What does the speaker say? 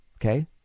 Okay